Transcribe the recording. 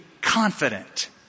confident